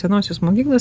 senosios mokyklos